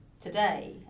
today